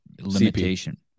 limitation